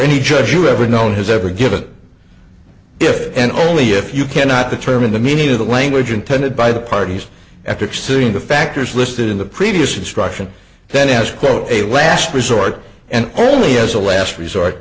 any judge ever known has ever given if and only if you cannot determine the meaning of the language intended by the parties after seeing the factors listed in the previous instruction then as quote a last resort and only as a last resort